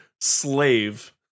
slave